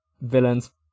villain's